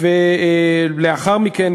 ולאחר מכן,